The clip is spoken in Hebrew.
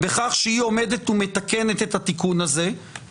בכך שהיא עומדת ומתקנת את התיקון הזה,